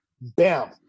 bam